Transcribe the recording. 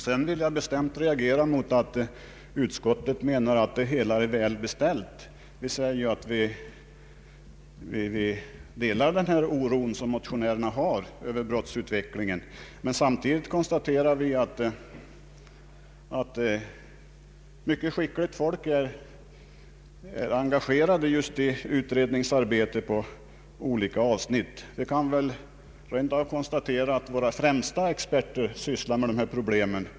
Sedan vill jag bestämt reagera emot påståendet att utskottsmajoriteten menar att allt är väl beställt. Vi säger att vi delar motionärernas oro över brottsutvecklingen men konstaterar samtidigt att mycket skickligt folk är engagerat i utredningsarbete på olika avsnitt. Det är rent av våra främsta experter som sysslar med dessa problem.